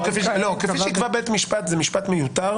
לא, "כפי שיקבע בית משפט" זה משפט מיותר,